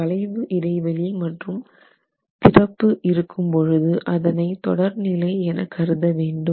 வளைவு இடைவெளி மற்றும் திறப்பு இருக்கும்பொழுது அதனை தொடர் நிலை என கருத வேண்டும்